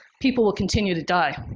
people will continue to die.